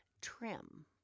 trim